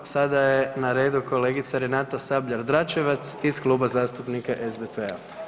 Sada je na redu kolegica Renata Sabljar Dračevac iz Kluba zastupnika SDP-a.